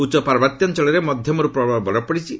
ଉଚ୍ଚ ପାର୍ବତ୍ୟାଞ୍ଚଳରେ ମଧ୍ୟମରୁ ପ୍ରବଳ ବରଫ ପଡ଼ିଛି